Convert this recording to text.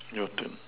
your turn